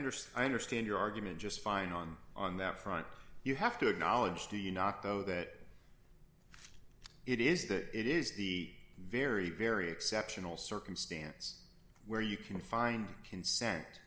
understand i understand your argument just fine on on that front you have to acknowledge do you not though that it is that it is the very very exceptional circumstance where you can find c